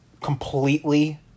completely